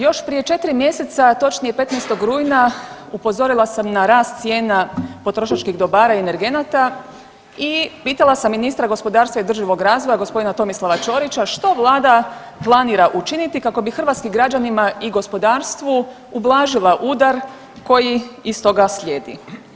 Još prije 4 mjeseca, točnije 15. rujna upozorila sam na rast cijena potrošačkih dobara i energenata i pitala sam ministra gospodarstva i održivog razvoja gospodina Tomislava Ćorića što Vlada planira učiniti kako bi hrvatskim građanima i gospodarstvu ublažila udar koji iz toga slijedi.